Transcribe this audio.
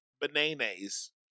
bananas